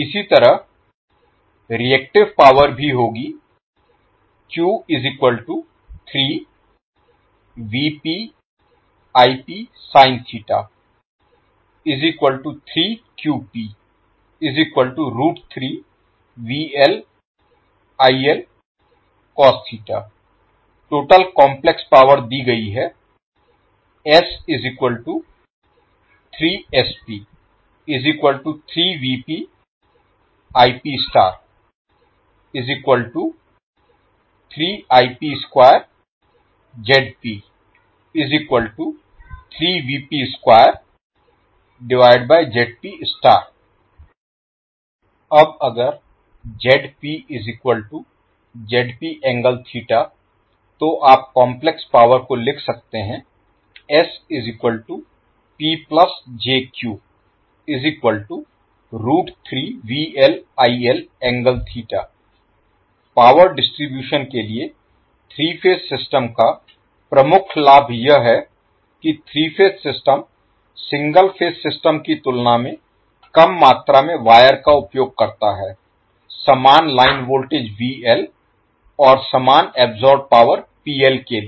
इसी तरह reactive power भी होगी टोटल काम्प्लेक्स पावर दी गई है अब अगर तो आप काम्प्लेक्स पावर को लिख सकते हैं पावर डिस्ट्रीब्यूशन के लिए 3 फेज सिस्टम का प्रमुख लाभ यह है कि 3 phase system single phase system की तुलना में कम मात्रा में वायर का उपयोग करता है समान लाइन वोल्टेज और समान अब्सोर्बेड पावर के लिए